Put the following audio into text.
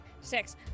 Six